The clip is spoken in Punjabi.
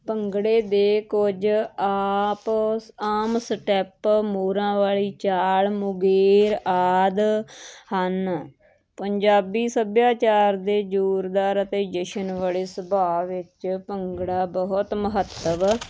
ਭੰਗੜੇ ਦੇ ਕੁਝ ਆਪ ਆਮ ਸਟੈਪ ਮੂਰਾਂ ਵਾਲੀ ਚਾਲ ਮੁਗੇਰ ਆਦਿ ਹਨ ਪੰਜਾਬੀ ਸੱਭਿਆਚਾਰ ਦੇ ਜ਼ੋਰਦਾਰ ਅਤੇ ਜਸ਼ਨ ਵਾਲੇ ਸੁਭਾਅ ਵਿੱਚ ਭੰਗੜਾ ਬਹੁਤ ਮਹੱਤਵ